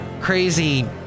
crazy